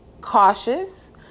cautious